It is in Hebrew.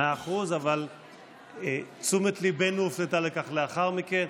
מאה אחוז, אבל תשומת ליבנו הופנתה לכך לאחר מכן.